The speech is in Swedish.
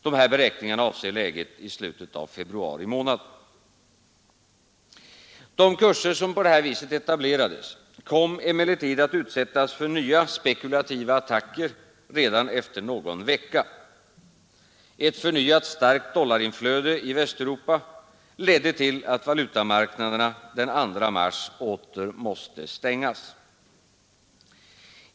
Dessa beräkningar avser läget i slutet av februari månad. De kurser som sålunda etablerats kom emellertid att utsättas för nya spekulativa attacker redan efter någon vecka. Ett förnyat starkt dollarinflöde i Västeuropa gjorde att valutamarknaderna den 2 mars åter måste stängas.